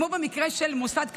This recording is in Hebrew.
כמו במקרה של מוסד כספי,